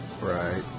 Right